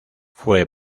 fue